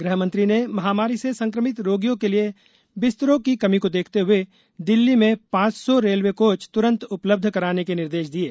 गृहमंत्री ने महामारी से संक्रमित रोगियों के लिए बिस्तरों की कमी को देखते हुए दिल्ली में पांच सौ रेलवे कोच तुरंत उपलब्ध कराने के निर्देश दिये